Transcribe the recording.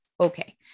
okay